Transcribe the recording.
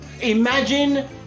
Imagine